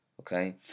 okay